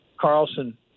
Carlson